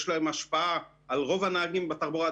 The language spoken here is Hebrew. יש להם השפעה על רוב הנהגים בתחבורה.